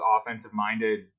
offensive-minded